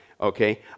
Okay